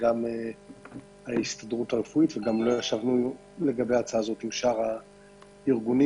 וגם מכיוון שלא ישבנו עם שאר הארגונים